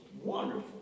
wonderful